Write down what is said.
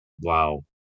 Wow